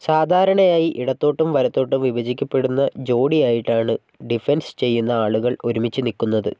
സാധാരണയായി ഇടത്തോട്ടും വലത്തോട്ടും വിഭജിക്കപ്പെടുന്ന ജോഡിയായിട്ടാണ് ഡിഫൻസ് ചെയ്യുന്ന ആളുകൾ ഒരുമിച്ച് നിൽക്കുന്നത്